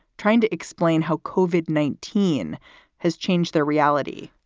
trying to explain how coded nineteen has changed their reality.